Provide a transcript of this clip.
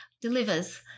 delivers